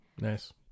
Nice